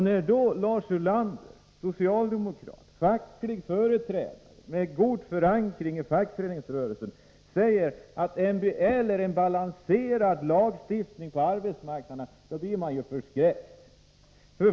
När då Lars Ulander, socialdemokrat, facklig företrädare med god förankring i fackföreningsrörelsen, säger att MBL är en balanserad lagstiftning på arbetsmarknaden, blir man förskräckt.